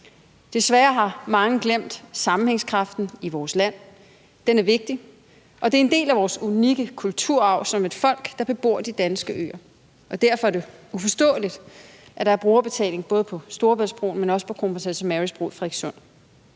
Desværre har mange glemt sammenhængskraften i vores land. Den er vigtig, og det er en del af vores unikke kulturarv som et folk, der bebor de danske øer, og derfor er det uforståeligt, at der er brugerbetaling både på Storebæltsbroen, men også på Kronprinsesse Marys Bro i Frederikssund.